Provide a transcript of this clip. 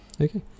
Okay